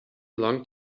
long